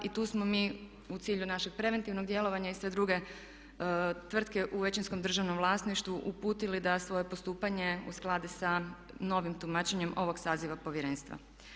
I tu smo mi u cilju našeg preventivnog djelovanja i sve druge tvrtke u većinskom državnom vlasništvu uputili da svoje postupanje uskladi sa novim tumačenjem ovog saziva Povjerenstva.